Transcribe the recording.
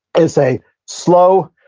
it's a slow,